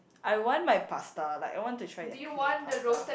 I want my pasta like I want to try like creamy pasta